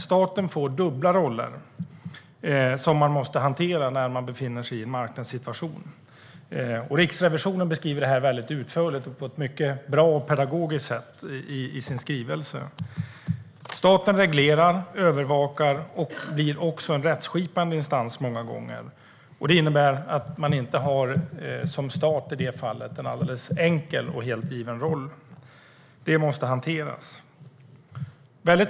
Staten får dubbla roller som måste hanteras i en marknadssituation. Riksrevisionen beskriver detta utförligt på ett bra och pedagogiskt sätt i sin skrivelse. Staten reglerar, övervakar och blir många gånger också en rättskipande instans. Det innebär att staten i det fallet inte har en alldeles enkel och helt given roll. Det måste hanteras.